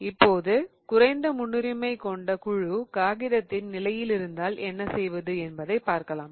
இப்பொழுது குறைந்த முன்னுரிமை கொண்ட குழு காகிதத்தின் நிலையில் இருந்தால் என்ன செய்வது என்பதை பார்க்கலாம்